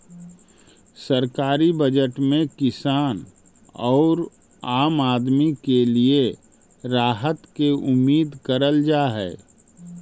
सरकारी बजट में किसान औउर आम आदमी के लिए राहत के उम्मीद करल जा हई